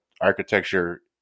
architecture